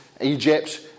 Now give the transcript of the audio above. Egypt